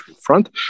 front